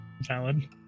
Valid